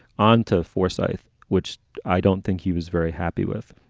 onto foresight. which i don't think he was very happy with.